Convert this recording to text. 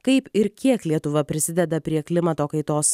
kaip ir kiek lietuva prisideda prie klimato kaitos